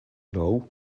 know